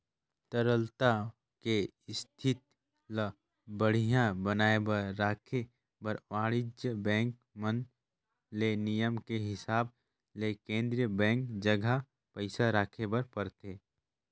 तरलता के इस्थिति ल बड़िहा बनाये बर राखे बर वाणिज्य बेंक मन ले नियम के हिसाब ले केन्द्रीय बेंक जघा पइसा राखे बर परथे